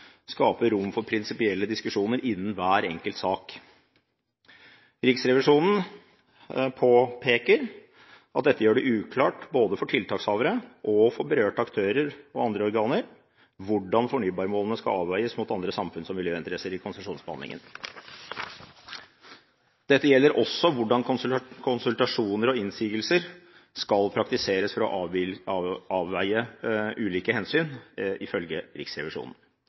skaper rom for prinsipielle diskusjoner i hver enkelt sak. Riksrevisjonen påpeker at dette gjør det uklart, både for tiltakshavere, for berørte aktører og for andre myndighetsorganer, «hvordan fornybarmålene skal avveies mot andre samfunns- og miljøinteresser i konsesjonsbehandlingen». Dette handler også om hvordan konsultasjoner og innsigelser skal praktiseres for å avveie ulike hensyn, ifølge Riksrevisjonen.